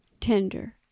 Tender